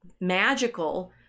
magical